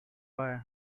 why